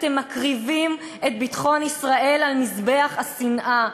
אתם מקריבים את ביטחון ישראל על מזבח השנאה.